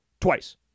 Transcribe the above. twice